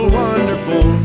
wonderful